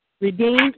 redeemed